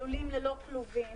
לולים ללא כלובים,